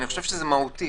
אני חושב שזה מהותי